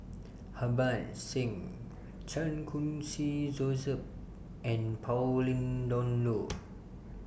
Harbans Singh Chan Khun Sing Joseph and Pauline Dawn Loh